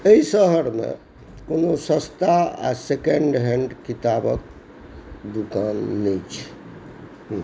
एहि शहरमे कोनो सस्ता आ सेकेण्ड हैण्ड किताबक दोकान नहि छै